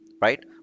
Right